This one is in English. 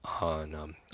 on